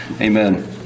amen